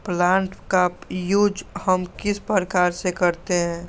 Plant का use हम किस प्रकार से करते हैं?